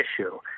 issue